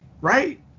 right